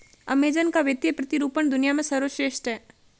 Amazon का वित्तीय प्रतिरूपण दुनिया में सर्वश्रेष्ठ है